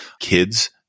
Kids